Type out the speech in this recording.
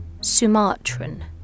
Sumatran